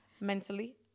Mentally